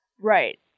Right